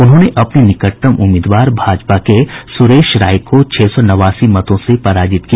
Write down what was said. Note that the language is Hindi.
उन्होंने अपने निकटतम उम्मीदवार भाजपा के सुरेश राय को छह सौ नबासी मतों से पराजित किया